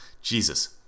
Jesus